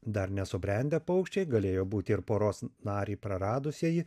dar nesubrendę paukščiai galėjo būti ir poros narį praradusieji